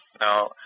Now